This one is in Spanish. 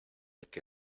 que